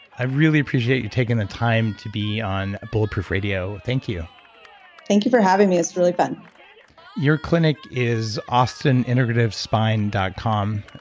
i really appreciate you taking the time to be on bulletproof radio thank you thank you for having me. it's really fun your clinic is austinintegrativespine dot com.